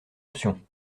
option